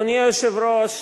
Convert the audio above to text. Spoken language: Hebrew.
אדוני היושב-ראש,